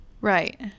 Right